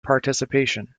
participation